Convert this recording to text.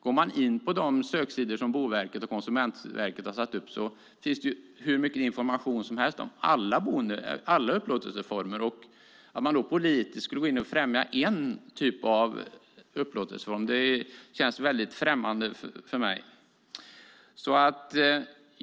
Går man in på de söksidor som Boverket och Konsumentverket har satt upp finns det hur mycket information som helst om alla upplåtelseformer. Att man då politiskt skulle gå in och främja en typ av upplåtelseform känns väldigt främmande för mig.